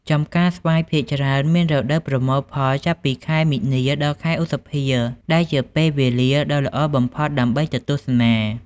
ចម្ការស្វាយភាគច្រើនមានរដូវប្រមូលផលចាប់ពីខែមីនាដល់ខែឧសភា ដែលជាពេលវេលាដ៏ល្អបំផុតដើម្បីទៅទស្សនា។